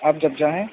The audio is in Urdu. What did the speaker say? آپ جب جاہیں